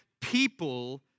people